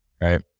right